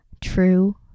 True